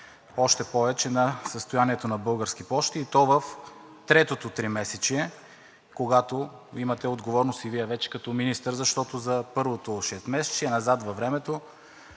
още повече на състоянието на „Български пощи“, и то в третото тримесечие, когато имате отговорност и Вие вече като министър, защото за първото шестмесечие назад във времето